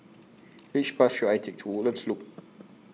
Which Bus should I Take to Woodlands Loop